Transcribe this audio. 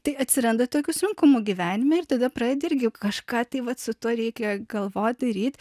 tai atsiranda tokių sunkumų gyvenime ir tada pradedi irgi kažką tai vat su tuo reikia galvot daryt